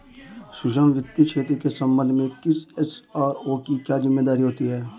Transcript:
सूक्ष्म वित्त क्षेत्र के संबंध में किसी एस.आर.ओ की क्या जिम्मेदारी होती है?